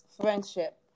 friendship